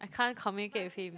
I can't communicate with him